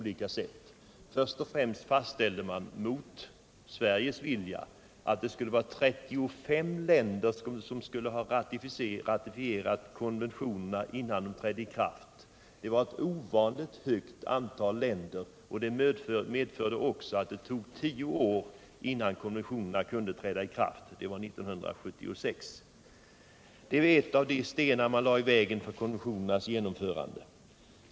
Först och främst fastställde man — emot Sveriges vilja — att 35 länder skulle ha ratificerat konventionerna innan de trädde i kraft. Det var ett ovanligt stort antal länder, och det medförde också att det tog tio år innan konventionerna kunde träda i kraft, alltså år 1976. Detta var en av de stenar man lade i vägen för konventionernas genomförande.